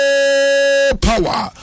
Power